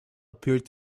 appeared